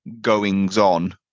goings-on